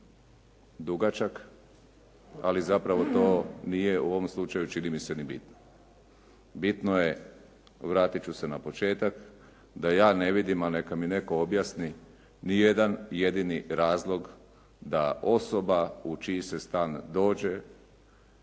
dugačak, ali zapravo to nije u ovom slučaju čini mi se ni bitno. Bitno je vratit ću se na početak, da ja ne vidim, a neka mi netko objasni, ni jedan jedini razlog da osoba u čiji se stan dođe,